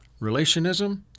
Relationism